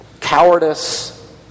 cowardice